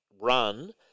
run